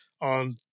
on